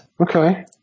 Okay